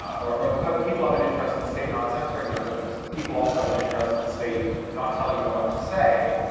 or or the people have an interest in the state not censoring them, but the people also have an interest in the state not telling them what to say,